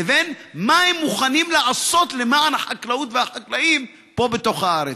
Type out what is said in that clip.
לבין מה הם מוכנים לעשות למען החקלאות והחקלאים פה בתוך הארץ.